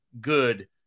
good